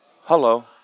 Hello